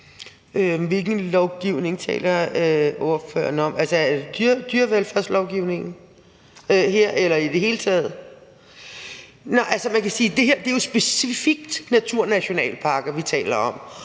Hvilken lovgivning taler spørgeren om? Er det dyrevelfærdslovgivningen her, eller menes der i det hele taget? Man kan sige, at det jo specifikt er naturnationalparker, vi taler om